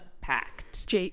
packed